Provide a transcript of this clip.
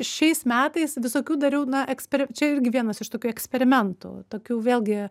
šiais metais visokių dariau na eksper čia irgi vienas iš tokių eksperimentų tokių vėlgi